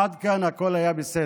עד כאן הכול היה בסדר.